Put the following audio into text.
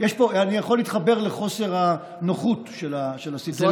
אני יכול להתחבר לחוסר הנוחות של הסיטואציה אבל כך צריך לפעול.